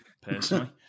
personally